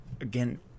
Again